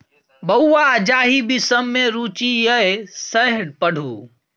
बौंआ जाहि विषम मे रुचि यै सैह पढ़ु